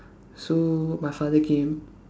so my father came